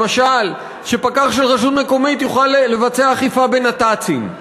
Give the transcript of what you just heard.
למשל שפקח של רשות מקומית יוכל לבצע אכיפה בנת"צים.